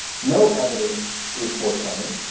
no evidence is forthcoming.